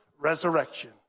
resurrection